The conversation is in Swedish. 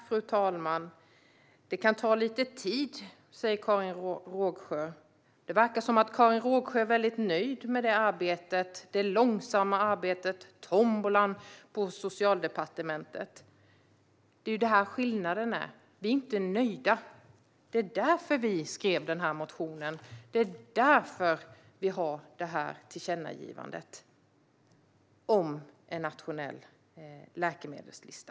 Fru talman! Det kan ta lite tid, säger Karin Rågsjö. Det verkar som att Karin Rågsjö är mycket nöjd med det långsamma arbetet och tombolan på Socialdepartementet. Där är skillnaden. Vi är inte nöjda. Det är därför vi skrev motionen, och det är därför vi gör tillkännagivandet om en nationell läkemedelslista.